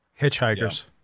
Hitchhikers